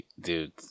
Dude